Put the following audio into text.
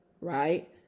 right